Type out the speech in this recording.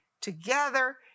together